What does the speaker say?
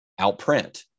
outprint